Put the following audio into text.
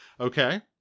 Okay